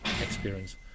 experience